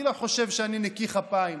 אני לא חושב שאני נקי כפיים.